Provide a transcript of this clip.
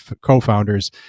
co-founders